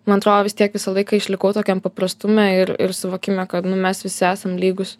man atrodo vis tiek visą laiką išlikau tokiam paprastume ir ir suvokime kad nu mes visi esam lygūs